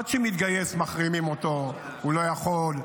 אחד שמתגייס, מחרימים אותו, הוא לא יכול.